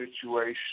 situation